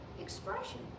expression